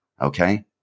okay